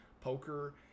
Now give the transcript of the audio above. poker